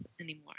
anymore